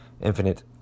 infinite